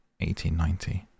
1890